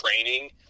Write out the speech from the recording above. training